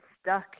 stuck